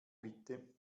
bitte